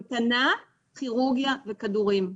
המתנה, כירורגיה וכדורים.